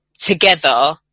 together